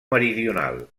meridional